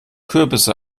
kürbisse